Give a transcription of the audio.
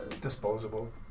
Disposable